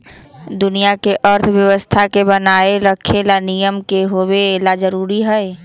दुनिया के अर्थव्यवस्था के बनाये रखे ला नियम के होवे ला जरूरी हई